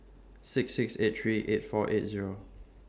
six six eight three eight four eight Zero